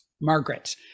Margaret